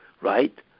right